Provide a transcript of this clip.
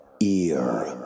ear